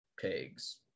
pegs